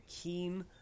keen